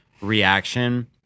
reaction